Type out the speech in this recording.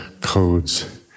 codes